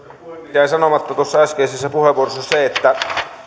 jäi sanomatta tuossa äskeisessä puheenvuorossa se että